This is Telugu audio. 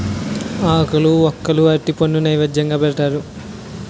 ఆకులు వక్కలు అరటిపండు నైవేద్యంగా పెడతారు